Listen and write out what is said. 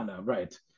right